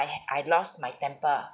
I I lost my temper